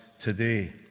today